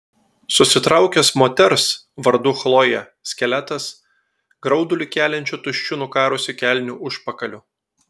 susitraukęs moters vardu chlojė skeletas graudulį keliančiu tuščiu nukarusiu kelnių užpakaliu